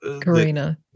Karina